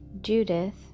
Judith